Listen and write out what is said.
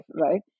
right